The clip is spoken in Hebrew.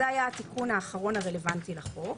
זה היה התיקון האחרון הרלוונטי לחוק,